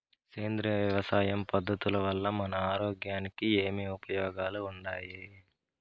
సేంద్రియ వ్యవసాయం పద్ధతుల వల్ల మన ఆరోగ్యానికి ఏమి ఉపయోగాలు వుండాయి?